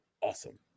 awesome